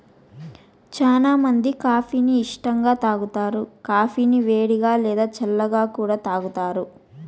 చానా మంది కాఫీ ని ఇష్టంగా తాగుతారు, కాఫీని వేడిగా, లేదా చల్లగా కూడా తాగుతారు